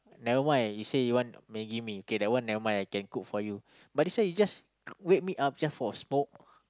never mind you say you want maggie-mee kay that one never mind I can cook for you but this one you just wake me up just for a smoke